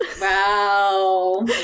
Wow